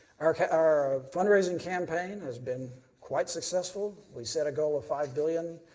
our our fundraising campaign has been quite successful. we set a goal of five billion.